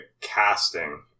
casting